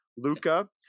Luca